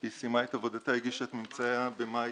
היא סיימה את עבודתה והגישה את ממצאיה במאי